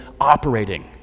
operating